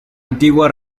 antigua